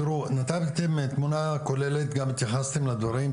תראו, נתתם תמונה כוללת וגם התייחסתם לדברים.